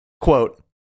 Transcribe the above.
quote